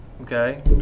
Okay